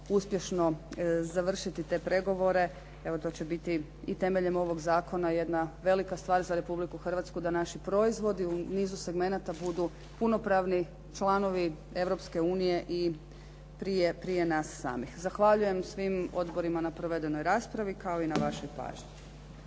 uspješno završiti te pregovore evo to će biti i temeljem ovog zakona jedna velika stvar za Republiku Hrvatsku da naši proizvodi u nizu segmenata budu punopravni članovi Europske unije i prije nas samih. Zahvaljujem svim odborima na provedenoj raspravi kao i na vašoj pažnji.